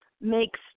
makes